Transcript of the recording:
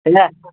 اَچھا